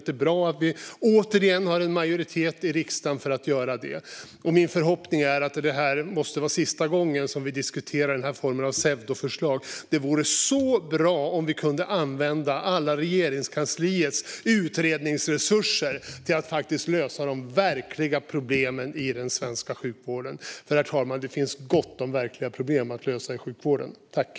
Det är bra att vi återigen har en majoritet i riksdagen för att göra det. Min förhoppning är att det måste vara sista gången som vi diskuterar den här formen av pseudoförslag. Det vore så bra om vi kunde använda alla Regeringskansliets utredningsresurser till att lösa de verkliga problemen i den svenska sjukvården. Det finns gott om verkliga problem att lösa i sjukvården, herr talman.